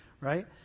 right